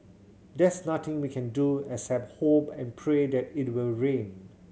there's nothing we can do except hope and pray that it will rained